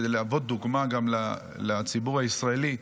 כדי להוות דוגמה לציבור הישראלי.